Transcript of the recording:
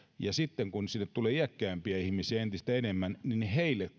ja sitten kun sinne tulee iäkkäämpiä ihmisiä entistä enemmän heille